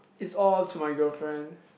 is all to my girlfriend